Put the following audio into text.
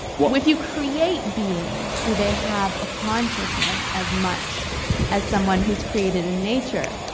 with you create beings, do they have a consciousness as much as someone who's created in nature?